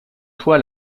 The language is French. toi